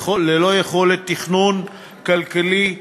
ללא יכולת תכנון כלכלי.